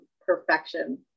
perfection